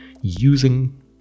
using